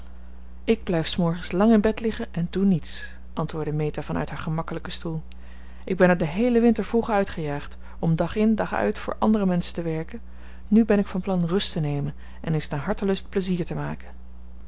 ik blijf s morgens lang in bed liggen en doe niets antwoordde meta van uit haar gemakkelijken stoel ik ben er den heelen winter vroeg uitgejaagd om dag in dag uit voor andere menschen te werken nu ben ik van plan rust te nemen en eens naar hartelust plezier te maken